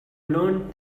learned